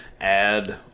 add